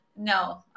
no